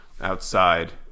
outside